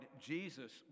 Jesus